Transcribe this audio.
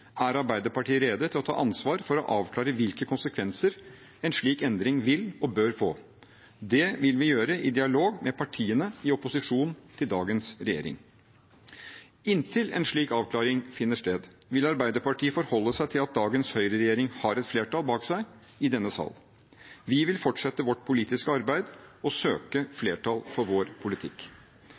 er Arbeiderpartiet rede til å ta ansvar for å avklare hvilke konsekvenser en slik endring vil og bør få. Det vil vi gjøre i dialog med partiene i opposisjon til dagens regjering. Inntil en slik avklaring finner sted, vil Arbeiderpartiet forholde seg til at dagens høyreregjering har et flertall bak seg i denne sal. Vi vil fortsette vårt politiske arbeid og søke flertall for vår politikk.